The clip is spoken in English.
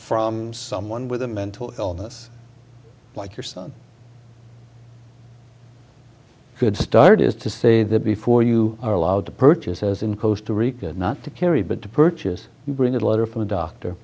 from someone with a mental illness like your son could start is to say that before you are allowed to purchase as in costa rica not to carry but to purchase you bring a letter from a doctor